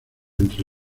entre